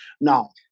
Now